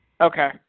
Okay